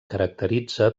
caracteritza